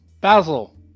Basil